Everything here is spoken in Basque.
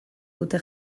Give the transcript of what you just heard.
dute